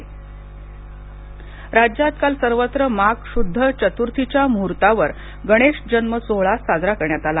गणेश जन्म सोहळा राज्यात काल सर्वत्र माघ शुद्ध चतुर्थीच्या मुहर्तावर गणेशजन्म सोहळा साजरा करण्यात आला